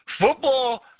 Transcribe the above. Football